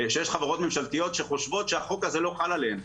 שיש חברות ממשלתיות שחושבות שהחוק הזה לא חל עליהן.